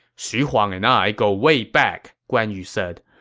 xu huang and i go way back, guan yu said.